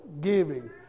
giving